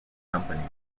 companies